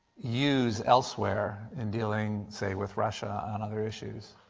use elsewhere in dealing, say, with russia on other issues?